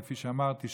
כפי שאמרתי,